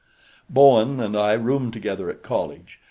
bowen and i roomed together at college,